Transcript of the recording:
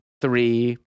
three